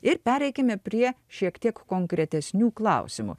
ir pereikime prie šiek tiek konkretesnių klausimų